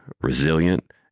resilient